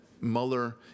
Mueller